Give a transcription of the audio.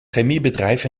chemiebedrijf